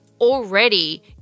already